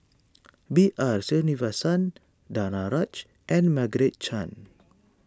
B R Sreenivasan Danaraj and Margaret Chan